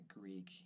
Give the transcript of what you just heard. Greek